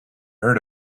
heard